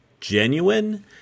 genuine